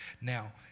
Now